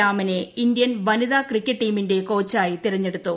രാമനെ ഇന്ത്യൻ വനിതാ ക്രിക്കറ്റ് ടീമിന്റെ കോച്ചായി തിരഞ്ഞെടുത്തു